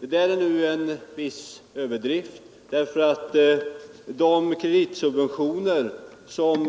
Det är en viss överdrift, därför att de kreditsubventioner som